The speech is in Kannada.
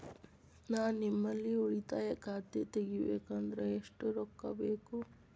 ನಾ ನಿಮ್ಮಲ್ಲಿ ಉಳಿತಾಯ ಖಾತೆ ತೆಗಿಬೇಕಂದ್ರ ಎಷ್ಟು ರೊಕ್ಕ ಬೇಕು?